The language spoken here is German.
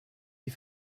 die